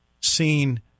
seen